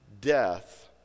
death